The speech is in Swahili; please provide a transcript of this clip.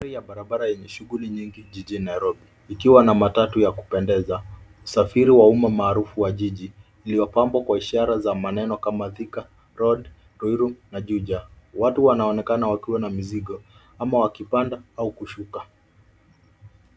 Sehemu ya barabara yenye shughuli nyingi jijini Nairobi ikiwa na matatu ya kupendeza. Usafiri wa umma maarufu wa jiji iliyopambwa kwa ishara za maneno kama Thika Road, Ruiru na Juja. Watu wanaonekana wakiwa na mizigo ama wakipanda au kushuka.